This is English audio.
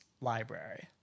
library